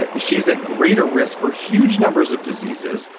but she's at greater risk for huge numbers of diseases,